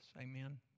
Amen